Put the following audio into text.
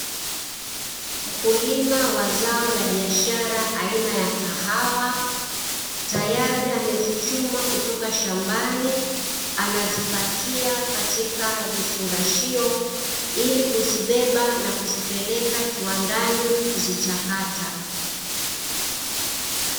Mkulima wa zao la biashara aina ya kahawa, tayari amezichuma kutoka shambani anazipakia katika vifungashio; ili kuzibeba na kuzipeleka kiwandani kuzichakata.